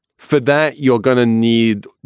for that, you're going to need,